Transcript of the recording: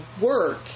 work